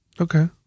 Okay